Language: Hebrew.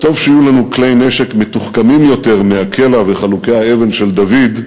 טוב שיהיו לנו כלי נשק מתוחכמים יותר מהקלע וחלוקי האבן של דוד,